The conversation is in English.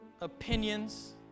opinions